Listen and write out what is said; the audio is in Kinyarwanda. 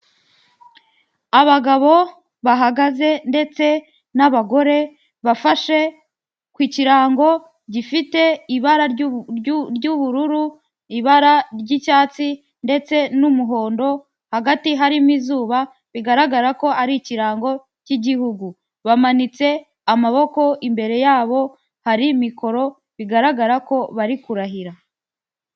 Abagabo bahagaze ndetse n'abagore bafashe ku kirango gifite ibara ry'ubururu ibara ry'icyatsi ndetse n'umuhondo hagati harimo izuba bigaragara ko ari ikirango cy'igihugu bamanitse amaboko imbere yabo hari mikoro bigaragara ko bari kurahira.